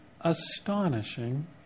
astonishing